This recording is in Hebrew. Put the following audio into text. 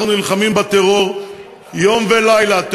אנחנו נלחמים בטרור יום ולילה,